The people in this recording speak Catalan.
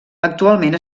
actualment